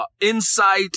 insight